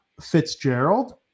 Fitzgerald